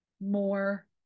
more